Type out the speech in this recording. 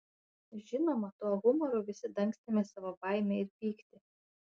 žinoma tuo humoru visi dangstėme savo baimę ir pyktį